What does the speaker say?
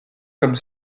comme